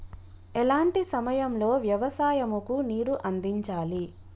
ఎలాంటి సమయం లో వ్యవసాయము కు నీరు అందించాలి?